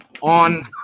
on